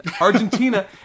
Argentina